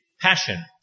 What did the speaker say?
passion